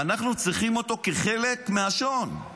ואנחנו צריכים אותו כחלק מהשו"ן.